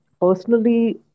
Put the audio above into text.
personally